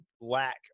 lack